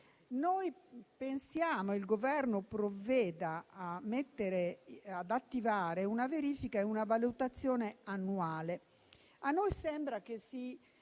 che il Governo provveda ad attivare una verifica e una valutazione annuale. A noi sembra che si